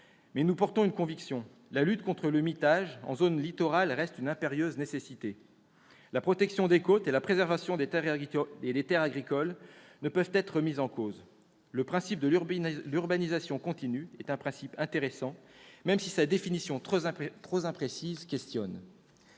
mais nous portons une conviction : la lutte contre le mitage en zone littorale reste une impérieuse nécessité. La protection des côtes et la préservation des terres agricoles ne peuvent être remises en cause. Le principe de l'urbanisation continue est intéressant, même si sa définition trop imprécise questionne.